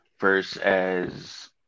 versus